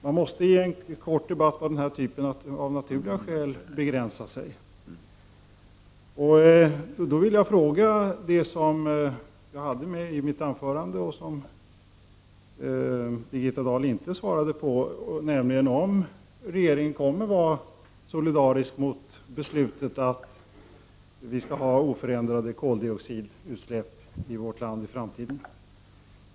Man måste i en kort debatt av denna typ av naturliga skäl begränsa sig. Jag vill ställa samma fråga som jag ställde i mitt första anförande men som Birgitta Dahl inte svarade på: Kommer regeringen att vara solidarisk mot beslutet att vi skall ha oförändrade koldioxidutsläpp i vårt land i framtiden?